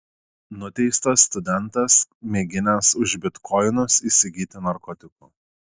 nuteistas studentas mėginęs už bitkoinus įsigyti narkotikų